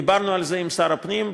דיברנו על זה עם שר הפנים.